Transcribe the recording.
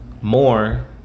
more